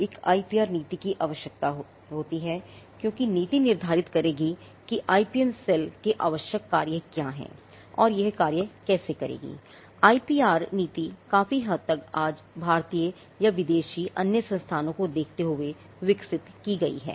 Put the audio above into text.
एक आईपीआर नीति नीति काफी हद तक आज भारतीय या विदेशी अन्य संस्थानों को देखते हुए विकसित की गई है